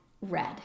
red